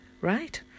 right